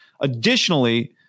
Additionally